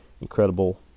incredible